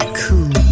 cool